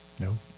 No